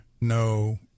No